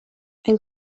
ein